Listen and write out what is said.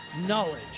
knowledge